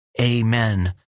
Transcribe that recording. amen